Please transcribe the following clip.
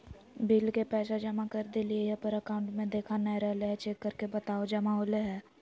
Bill के पैसा जमा कर देलियाय है पर अकाउंट में देखा नय रहले है, चेक करके बताहो जमा होले है?